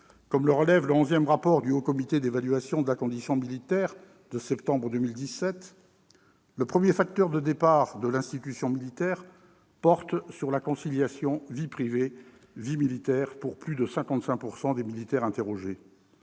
Comme le relève le 11 rapport du Haut comité d'évaluation de la condition militaire de septembre 2017, le premier facteur de départ de l'institution militaire porte sur la conciliation entre vie privée et vie militaire pour plus de 55 % des militaires interrogés.